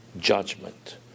judgment